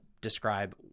describe